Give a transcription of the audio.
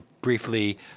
briefly